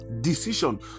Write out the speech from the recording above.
decision